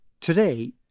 Today